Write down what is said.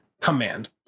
Command